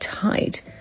tight